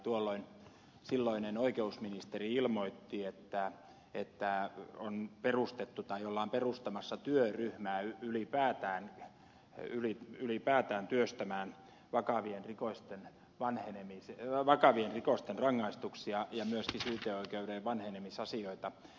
tuolloin silloinen oikeusministeri ilmoitti että on perustettu tai ollaan perustamassa työryhmää työstämään ylipäätään vakavien rikosten rangaistuksia ja myöskin syyteoikeuden vanhenemisasioita